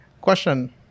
Question